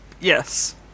Yes